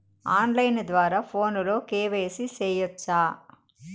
on line ద్వారా ఫోనులో KYC సేయొచ్చా